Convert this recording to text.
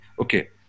okay